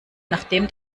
nachdem